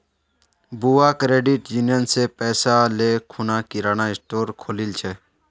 बुआ credit union स पैसा ले खूना किराना स्टोर खोलील छ